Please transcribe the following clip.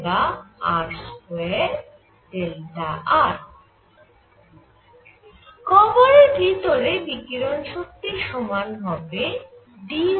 গহ্বরের ভিতরে বিকিরণ শক্তি সমান হবে dr2Δru